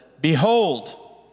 Behold